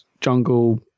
jungle